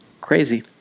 Crazy